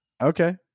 Okay